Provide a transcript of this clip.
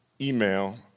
email